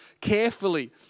carefully